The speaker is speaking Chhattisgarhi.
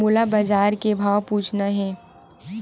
मोला बजार के भाव पूछना हे?